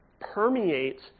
permeates